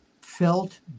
felt